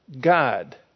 God